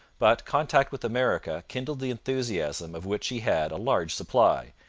but contact with america kindled the enthusiasm of which he had a large supply,